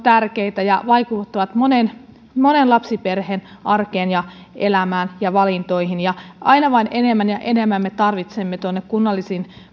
tärkeitä ja vaikuttavat monen monen lapsiperheen arkeen elämään ja valintoihin aina vain enemmän ja enemmän me tarvitsemme tuonne kunnallisiin